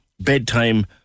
Bedtime